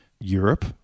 europe